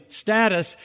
status